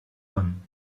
one